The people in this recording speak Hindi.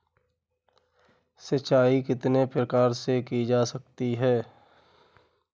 सिंचाई कितने प्रकार से की जा सकती है?